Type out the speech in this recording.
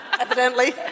evidently